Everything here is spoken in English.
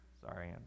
sorry